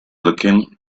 looking